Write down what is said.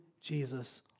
Jesus